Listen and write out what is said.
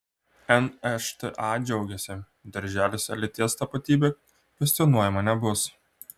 nšta džiaugiasi darželiuose lyties tapatybė kvestionuojama nebus